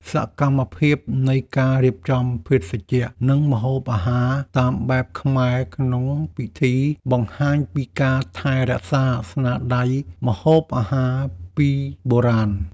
សកម្មភាពនៃការរៀបចំភេសជ្ជៈ និងម្ហូបអាហារតាមបែបខ្មែរក្នុងពិធី បង្ហាញពីការថែរក្សាស្នាដៃម្ហូបអាហារពីបុរាណ។